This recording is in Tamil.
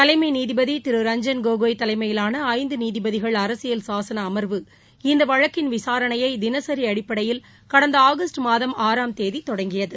தலைமை நீதிபதி திரு ரஞ்ஜன் கோகாய் தலைமையிலான ஐந்து நீதிபதிகள் அரசியல் சாசன அமர்வு இந்த வழக்கின் விசாரணையை தினசரி அடிப்படையில் கடந்த ஆகஸ்ட் மாதம் ஆறாம் தேதி தொடங்கியது